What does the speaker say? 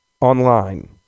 online